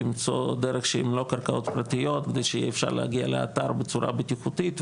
למצוא דרך שאם לא קרקעות פרטיות שיהיה אפשר להגיע לאתר בצורה בטיחותית,